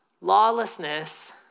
lawlessness